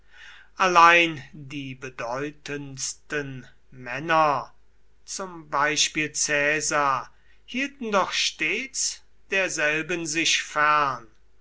allein die bedeutendsten männer zum beispiel caesar hielten doch stets derselben sich fern